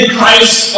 Christ